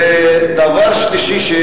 דבר שלישי,